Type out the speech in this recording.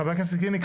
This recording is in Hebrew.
חבר הכנסת קינלי,